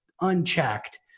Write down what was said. unchecked